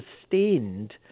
sustained